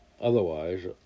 otherwise